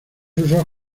usos